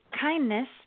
kindness